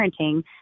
parenting